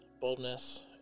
boldness